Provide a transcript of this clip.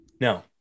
No